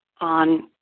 on